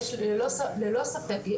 ללא ספק,